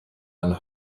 and